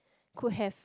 could have